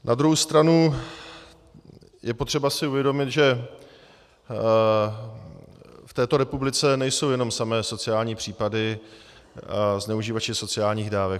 Na druhou stranu je potřeba si uvědomit, že v této republice nejsou jenom samé sociální případy, zneužívači sociálních dávek.